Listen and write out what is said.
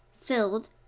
filled